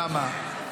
למה?